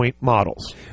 models